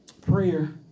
prayer